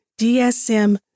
DSM